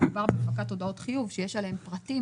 כשמדובר בהפקת הודעות חיוב שיש עליהן פרטים,